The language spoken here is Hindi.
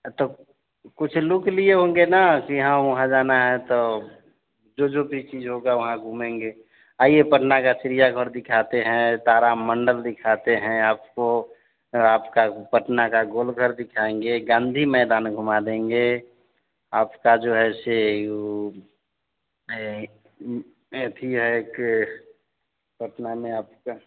तब कुछ लुक लिए होंगे ना कि हाँ वहाँ जाना है तो जो जो भी चीज़ होगी वहाँ घूमेंगे आइए पटना का चिड़ियाघर दिखाते हैं तारा मण्डल दिखाते हैं आपको आपका पटना का गोलघर दिखाएँगे गाँधी मैदान घुमा देंगे आपका जो है सो वह अथी है कि पटना में आपका